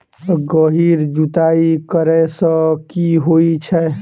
गहिर जुताई करैय सँ की होइ छै?